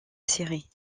série